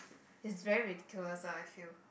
is very ridiculous ah I feel